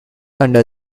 under